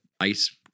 ice